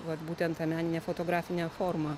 vat būtent ta menine fotografine forma